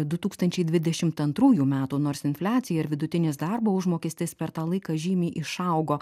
du tūkstančiai dvidešim antrųjų metų nors infliacija ir vidutinis darbo užmokestis per tą laiką žymiai išaugo